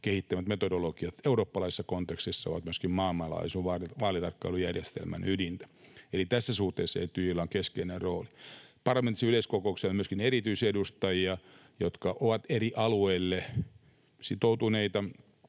kehittämät metodologiat ovat myöskin maailmanlaajuisen vaalitarkkailujärjestelmän ydintä. Eli tässä suhteessa Etyjillä on keskeinen rooli. Parlamentaarisessa yleiskokouksessa on myöskin erityisedustajia, jotka ovat eri alueille sitoutuneita,